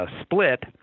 split